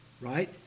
right